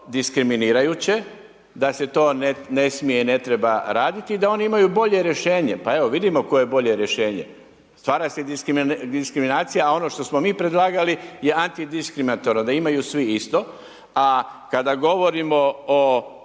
diskriminirajuće, da se to ne smije i ne treba raditi i da oni imaju bolje rješenje, pa evo vidimo koje je bolje rješenje. Stvara se diskriminacija ono što smo mi predlagali je antidiskriminatorno, da imaju svi isto. A kada govorimo o